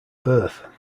birth